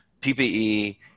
PPE